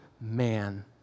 man